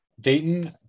Dayton